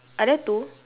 are there two